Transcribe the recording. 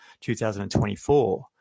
2024